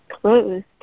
closed